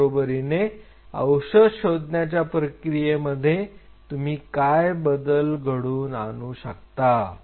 त्याचबरोबरीने औषध शोधण्याच्या प्रक्रियेमध्ये तुम्ही काय बदल घडवून आणू शकता